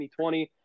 2020